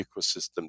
ecosystem